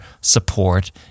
support